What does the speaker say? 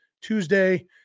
Tuesday